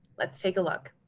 let's take a look.